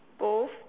both